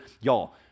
Y'all